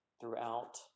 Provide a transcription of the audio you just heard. throughout